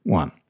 one